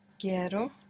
Quiero